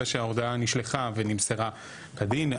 אלא שההודעה נשלחה ונמסרה כדין.